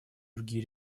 другие